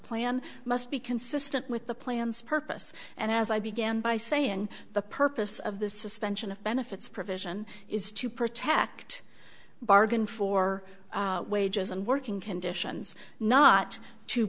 plan must be consistent with the plans purpose and as i began by saying the purpose of the suspension of benefits provision is to protect bargain for wages and working conditions not to